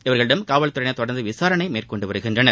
இவர்களிடம் காவல்துறையினர் தொடர்ந்து விசாரணை மேற்கொண்டு வருகின்றனர்